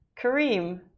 Kareem